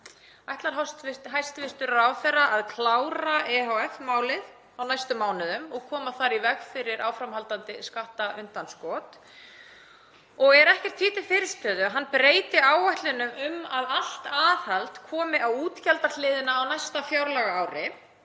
Ætlar hæstv. ráðherra að klára ehf.-málið á næstu mánuðum og koma þar í veg fyrir áframhaldandi skattaundanskot? Er eitthvað því til fyrirstöðu að hann breyti áætlunum um að allt aðhald komi á útgjaldahliðina á næsta fjárlagaári